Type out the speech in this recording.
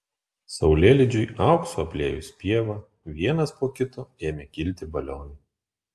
saulėlydžiui auksu apliejus pievą vienas po kito ėmė kilti balionai